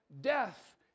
death